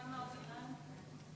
יפה מאוד,